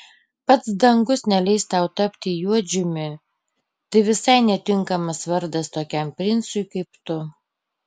pats dangus neleis tau tapti juodžiumi tai visai netinkamas vardas tokiam princui kaip tu